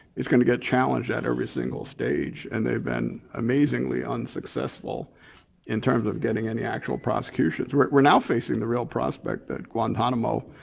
it's gonna get challenged at every single stage. and they've been amazingly unsuccessful in terms of getting any actual prosecution. we're now facing the real prospect that guantanamo,